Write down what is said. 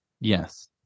Yes